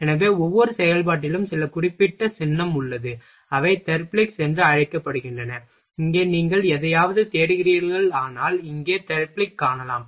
எனவே ஒவ்வொரு செயல்பாட்டிலும் சில குறிப்பிட்ட சின்னம் உள்ளது அவை தெர்ப்லிக்ஸ் என்று அழைக்கப்படுகின்றன இங்கே நீங்கள் எதையாவது தேடுகிறீர்களானால் இங்கே தெர்பிலிக் காணலாம்